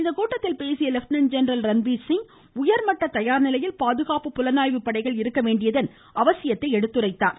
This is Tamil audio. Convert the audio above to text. இந்த கூட்டத்தில் பேசிய லெப்டினன்ட் ஜெனரல் ரன்பீர் சிங் உயர்மட்ட தயார் நிலையில் பாதுகாப்பு புலனாய்வு படைகள் இருக்க வேண்டியதன் அவசியத்தை எடுத்துரைத்தார்